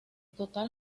total